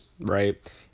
right